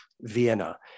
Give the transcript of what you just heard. Vienna